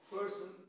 person